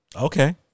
Okay